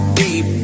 deep